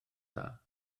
dda